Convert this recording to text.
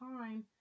time